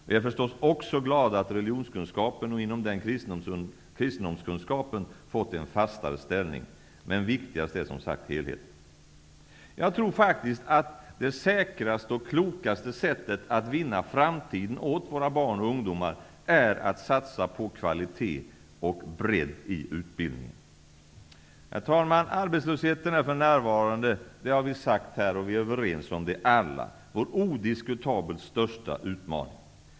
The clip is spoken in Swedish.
Vi är förstås också glada att religionskunskapen, och inom den kristendomskunskapen, fått en fastare ställning, men viktigast är som sagt helheten. Jag tror faktiskt att det säkraste och klokaste sättet att vinna framtiden åt våra barn och ungdomar är att satsa på kvalitet och bredd i utbildningen. Herr talman! Arbetslösheten är för närvarande, det är vi alla överens om, vår odiskutabelt största utmaning.